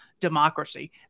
democracy